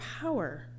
power